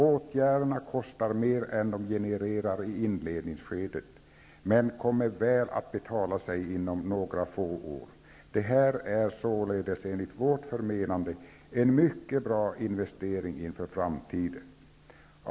Åtgärderna kostar mer än de genererar i inledningsskedet men kommer väl att betala sig inom några få år. Det här är således enligt vårt förmenande en mycket bra investering inför framtiden.